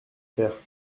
faire